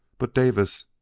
but davis,